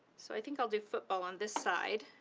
so i think i'll do football on this side,